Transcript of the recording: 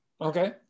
Okay